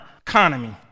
economy